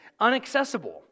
unaccessible